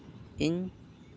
ᱤᱧ